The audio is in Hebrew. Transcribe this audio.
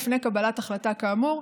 לפני קבלת החלטה כאמור,